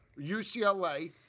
UCLA